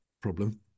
problem